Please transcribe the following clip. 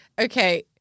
Okay